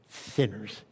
sinners